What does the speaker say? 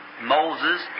Moses